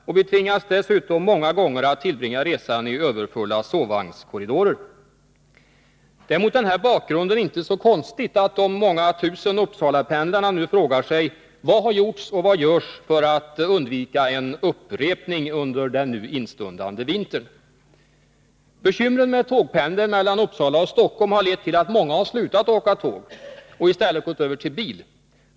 Och vi tvingas dessutom många gånger att tillbringa resan i överfulla sovvagnskorridorer. Det är mot den här bakgrunden inte så konstigt att de många tusen Uppsalapendlarna nu frågar sig: Vad har gjorts och vad görs för att undvika en upprepning under den nu instundande vintern? Bekymren med tågpendeln mellan Uppsala och Stockholm har lett till att många slutat åka tåg och i stället gått över till bil.